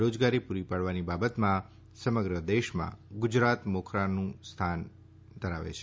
રોજગારી પુરી પાડવાની બાબતમાં સમગ્ર દેશમાં ગુજરાત મોખરાના સ્થાને રહયું છે